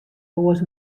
oars